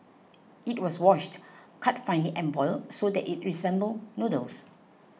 it was washed cut finely and boiled so that it resembled noodles